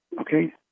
okay